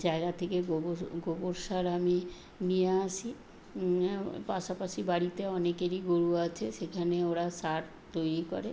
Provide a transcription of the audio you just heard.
জায়গা থেকে গোবর সার আমি নিয়ে আসি পাশাপাশি বাড়িতে অনেকেরই গরু আছে সেখানে ওরা সার তৈরি করে